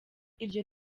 iryo